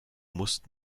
musst